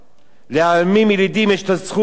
לעמים ילידים יש הזכות להיות מעורבים